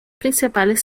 principales